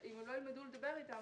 אם הם לא ילמדו לדבר איתם,